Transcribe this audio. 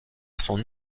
son